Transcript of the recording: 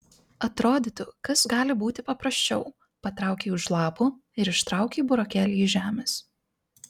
atrodytų kas gali būti paprasčiau patraukei už lapų ir ištraukei burokėlį iš žemės